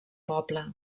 poble